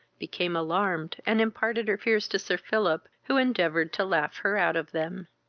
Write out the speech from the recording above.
became alarmed, and imparted her fears to sir philip, who endeavoured to laugh her out of them.